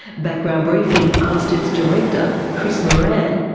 background briefing asked its director, chris moran,